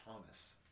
Thomas